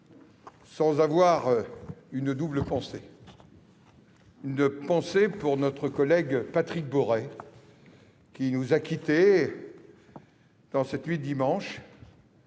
sans exprimer une double pensée. D'abord, pour notre collègue Patrick Boré, qui nous a quittés dans la nuit de dimanche.